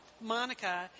Monica